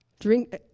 Drink